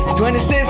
26